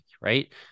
right